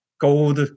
gold